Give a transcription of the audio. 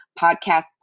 podcast